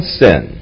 sin